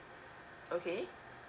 okay